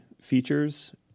features